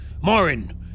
Morin